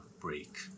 break